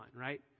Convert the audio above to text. right